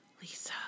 Lisa